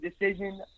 decision